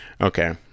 okay